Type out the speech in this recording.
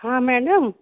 हां मैडम